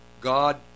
God